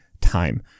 time